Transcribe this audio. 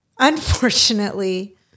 Unfortunately